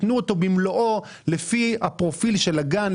תנו אותו במלואו לפי הפרופיל של הגן,